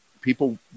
people